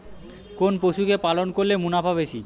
কোন পশু কে পালন করলে মুনাফা বেশি?